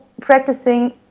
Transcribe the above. practicing